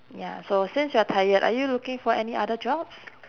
ya so since you're tired are you looking for any other jobs